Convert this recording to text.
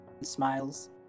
smiles